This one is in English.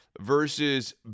versus